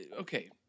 okay